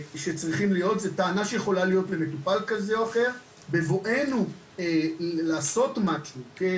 זו טענה שיכולה להיות למטופל כזה או אחר בבואנו לעשות משהו או